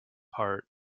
part